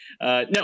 No